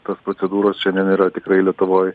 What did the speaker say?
tos procedūros šiandien yra tikrai lietuvoj